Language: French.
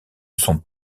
sont